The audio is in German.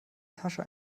tasche